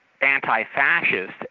anti-fascist